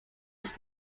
ist